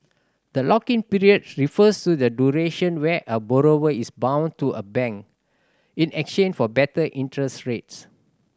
the lock in period refers to the duration where a borrower is bound to a bank in exchange for better interest rates